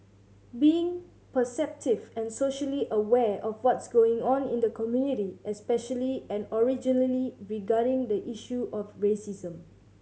being perceptive and socially aware of what's going on in the community especially and originally regarding the issue of racism